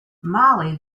mollie